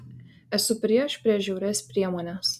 esu prieš prieš žiaurias priemones